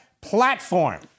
platform